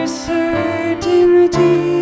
certainty